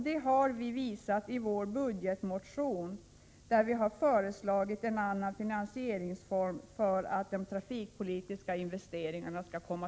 Detta har vi visat i vår budgetmotion, där vi har föreslagit en annan finansieringsform för de trafikpolitiska investeringarna.